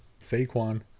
Saquon